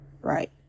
Right